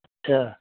اچھا